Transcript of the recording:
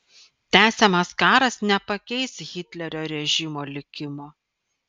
tęsiamas karas nepakeis hitlerio režimo likimo